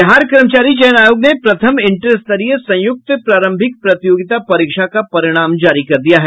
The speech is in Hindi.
बिहार कर्मचारी चयन आयोग ने प्रथम इंटर स्तरीय संयुक्त प्रारंभिक प्रतियोगिता परीक्षा का परिणाम जारी कर दिया है